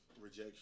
rejection